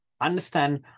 understand